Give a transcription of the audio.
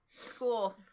School